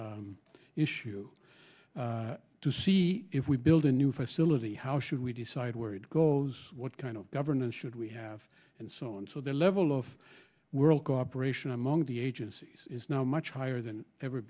global issue to see if we build a new facility how should we decide where it goes what kind of governance should we have and so on so the level of world cooperation among the agencies is now much higher than ever